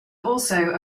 also